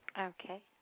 Okay